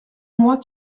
mois